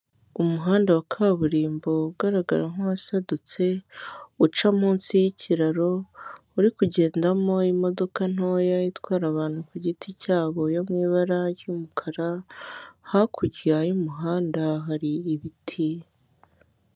Umuhanda wa kaburimbo ugaragara nk'uwasadutse, uca munsi y'ikiraro, uri kugendamo imodoka ntoya itwara abantu ku giti cyabo yo mu ibara ry'umukara, hakurya y'umuhanda hari ibiti.